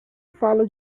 fala